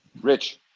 Rich